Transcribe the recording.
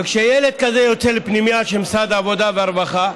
וכשילד כזה יוצא לפנימייה של משרד העבודה והרווחה,